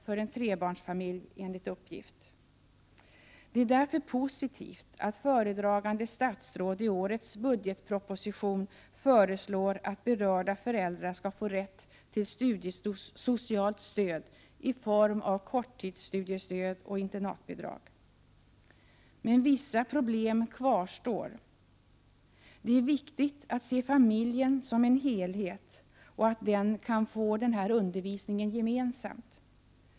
för en trebarnsfamilj, enligt uppgift. Det är därför positivt att föredragande statsråd i årets budgetproposition föreslår att berörda föräldrar skall få rätt till studiesocialt stöd i form av korttidsstudiestöd och internatbidrag. Vissa problem kvarstår dock. Det är viktigt att se familjen som en helhet och att den kan få denna undervisning gemensamt.